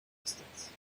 distance